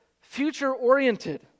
future-oriented